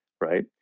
right